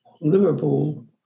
Liverpool